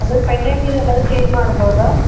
ಅದು ಪೆಂಡೆಂಟಿದೆಯಲ್ಲ ಅದು ಚೇಂಜ್ ಮಾಡ್ಬೌದಾ